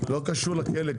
לא קשור לכלא.